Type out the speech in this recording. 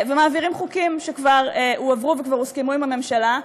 ומעבירים חוקים שכבר הועברו וכבר הוסכמו עם הממשלה,